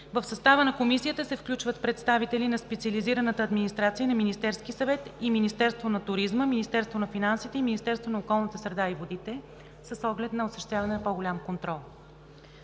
„В състава на Комисията се включват представители на специализираната администрация на Министерския съвет и Министерство на туризма, Министерство на финансите и Министерство на околната среда и водите с оглед на осъществяване на по-голям контрол.“